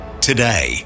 today